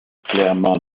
clairement